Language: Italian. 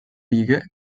righe